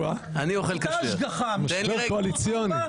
או אה, משבר קואליציוני.